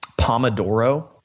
Pomodoro